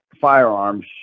firearms